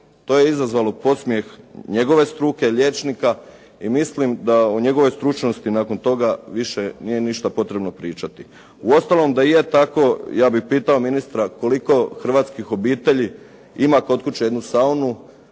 To je izazvalo podsmijeh njegove struke, liječnika i mislim da o njegovoj stručnosti nakon toga više nije ništa potrebno pričati. Uostalom, da je tako ja bih pitao ministra koliko hrvatskih obitelji ima kod kuće jednu saunu